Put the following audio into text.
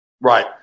Right